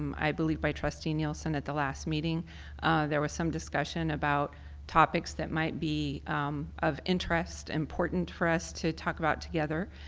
i believe by trustee nielsen at the last meeting there was some discussion about topics that might be of interest and important for us to talk about together.